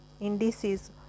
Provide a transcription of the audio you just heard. indices